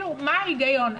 מה ההגיון?